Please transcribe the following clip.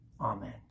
Amen